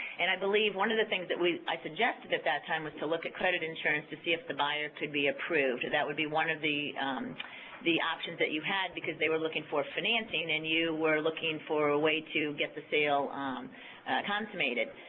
and i believe one of the things that i suggested at that time was to look at credit insurance to see if the buyer could be approved. that would be one of the the options that you had because they were looking for financing and you were looking for a way to get the sale consummated.